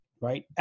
right